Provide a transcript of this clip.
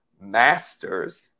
masters